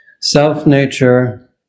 Self-nature